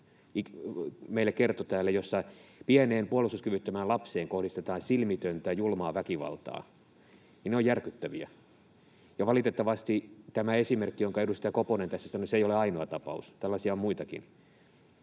täällä kertoi ja joissa pieneen, puolustuskyvyttömään lapseen kohdistetaan silmitöntä, julmaa väkivaltaa, ovat järkyttäviä. Ja valitettavasti tämä esimerkki, josta edustaja Koponen tässä sanoi, ei ole ainoa tapaus. Tällaisia on muitakin.